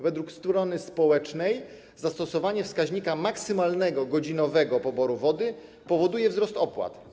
Według strony społecznej zastosowanie wskaźnika maksymalnego godzinowego poboru wody powoduje wzrost opłat.